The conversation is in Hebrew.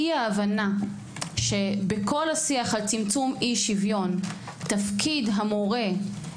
אי ההבנה שבכל השיח על צמצום אי שוויון תפקיד המורה,